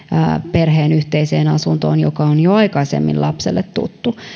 perheen yhteiseen asuntoon joka on jo lapselle tuttu